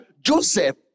Joseph